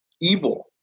evil